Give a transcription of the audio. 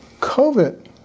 COVID